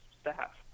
staff